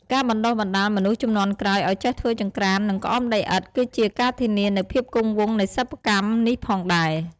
ការបណ្ដុះបណ្ដាលមនុស្សជំនាន់ក្រោយឱ្យចេះធ្វើចង្ក្រាន និងក្អមដីឥដ្ឋ គឺជាការធានានូវភាពគង់វង្សនៃសិប្បកម្មនេះផងដែរ។